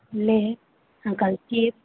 less Uncle chief